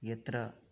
यत्र